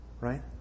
Right